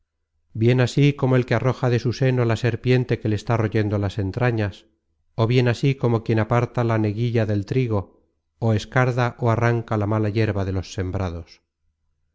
bien así como el que arroja de su seno la serpiente que le está royendo las entrañas ó bien así como quien aparta la neguilla del trigo ó escarda ó arranca la content from google book search generated at so mala yerba de los sembrados